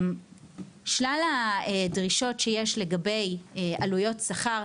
שלל הדרישות שיש לגבי עלויות שכר,